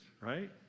right